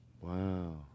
Wow